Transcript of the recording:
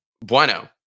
Bueno